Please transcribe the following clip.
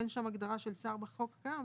אין שם הגדרה של שר בחוק הקיים,